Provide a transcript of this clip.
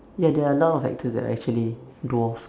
ya there are a lot of actors that are actually dwarf